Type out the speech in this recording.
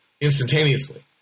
instantaneously